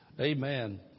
Amen